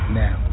now